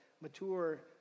mature